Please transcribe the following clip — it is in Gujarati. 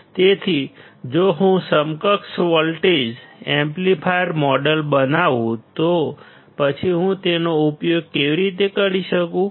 તેથી જો હું સમકક્ષ વોલ્ટેજ એમ્પ્લીફાયર મોડેલ બનાવું તો પછી હું તેનો ઉપયોગ કેવી રીતે કરી શકું